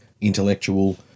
intellectual